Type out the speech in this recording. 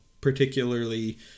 particularly